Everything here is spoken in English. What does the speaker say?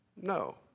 No